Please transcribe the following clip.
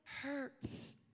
hurts